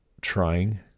trying